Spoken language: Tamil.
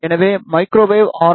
எனவே மைக்ரோவேவ் ஆர்